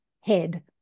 head